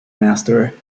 master